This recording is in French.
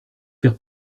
faire